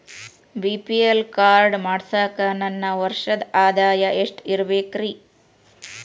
BPL card ಮಾಡ್ಸಾಕ ನನ್ನ ವರ್ಷದ್ ಆದಾಯ ಎಷ್ಟ ಇರಬೇಕ್ರಿ?